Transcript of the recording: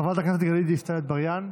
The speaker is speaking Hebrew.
חברת גלית דיסטל אטבריאן,